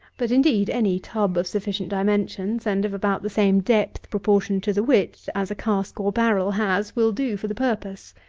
but, indeed, any tub of sufficient dimensions, and of about the same depth proportioned to the width as a cask or barrel has, will do for the purpose.